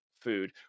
food